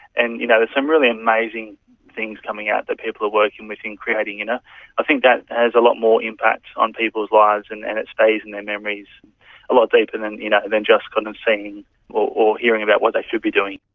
and you know there's some really amazing things coming out that people are working with and creating. you know i think that has a lot more impact on people's lives and and it stays in their memories a lot deeper than you know than just kind of seeing or hearing about what they should be doing.